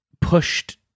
pushed